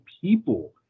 people